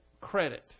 credit